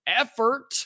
effort